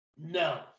No